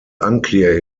unclear